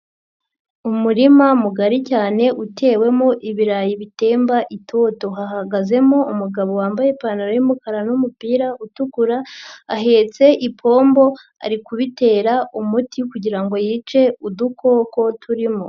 Umurima mugari cyane utewemo ibirayi bitemba itoto, hahagazemo umugabo wambaye ipantaro y'umukara n'umupira utukura ahetse ipombo ari kubitera umuti kugira ngo yice udukoko turimo.